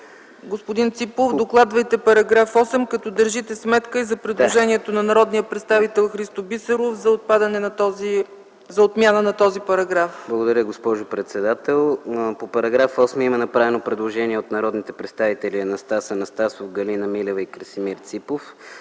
Господин Ципов, докладвайте § 8 като имате предвид предложението на народния представител Христо Бисеров за отмяна на този параграф. ДОКЛАДЧИК КРАСИМИР ЦИПОВ: Благодаря, госпожо председател. По § 8 има направено предложение от народните представители Анастас Анастасов, Галина Милева и Красимир Ципов.